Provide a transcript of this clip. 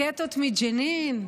רקטות מג'נין?